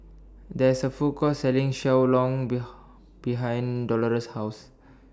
There IS A Food Court Selling Xiao Long Bao behind Dolores' House